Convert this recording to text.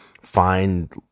find